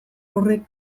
horrek